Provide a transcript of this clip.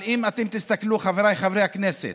אבל אם אתם תסתכלו, חבריי חברי הכנסת,